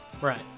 right